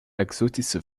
exotische